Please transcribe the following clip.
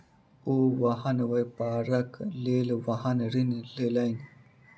ओ वाहन व्यापारक लेल वाहन ऋण लेलैन